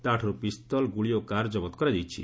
ତାଠାରୁ ପିସ୍ତଲ ଗୁଳି ଓ କାର ଜବତ କରାଯାଇଛି